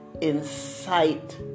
incite